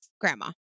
grandma